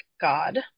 god